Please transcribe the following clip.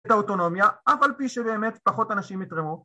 ‫את האוטונומיה, אף על פי שבאמת ‫פחות אנשים יתרמו.